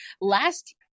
last